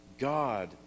God